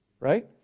Right